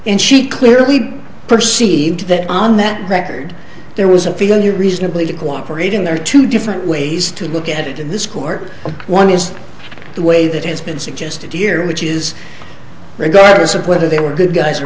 and she clearly perceived that on that record there was a feeling you're reasonably to cooperate in there are two different ways to look at it in this court one is the way that has been suggested years which is regardless of whether they were good guys or